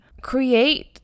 create